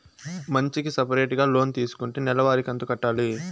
మంచికి సపరేటుగా లోన్ తీసుకుంటే నెల వారి కంతు కట్టాలి